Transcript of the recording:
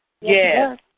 Yes